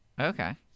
Okay